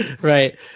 Right